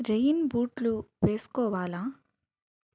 rain బూట్లు వేసుకోవాలా